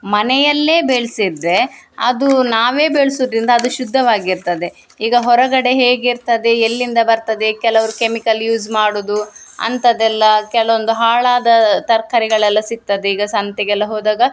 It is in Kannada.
ಮನೆಯಲ್ಲೇ ಬೆಳೆಸಿದ್ರೆ ಅದೂ ನಾವೇ ಬೆಳೆಸುದ್ರಿಂದ ಅದು ಶುದ್ದವಾಗಿರ್ತದೆ ಈಗ ಹೊರಗಡೆ ಹೇಗಿರ್ತದೆ ಎಲ್ಲಿಂದ ಬರ್ತದೆ ಕೆಲವ್ರು ಕೆಮಿಕಲ್ ಯೂಸ್ ಮಾಡುವುದು ಅಂಥದ್ದೆಲ್ಲ ಕೆಲವೊಂದು ಹಾಳಾದ ತರಕಾರಿಗಳೆಲ್ಲ ಸಿಗ್ತದೆ ಈಗ ಸಂತೆಗೆಲ್ಲ ಹೋದಾಗ